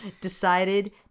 decided